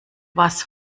was